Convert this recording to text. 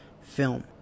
film